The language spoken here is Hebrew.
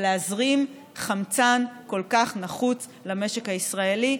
ולהזרים חמצן שכל כך נחוץ למשק הישראלי.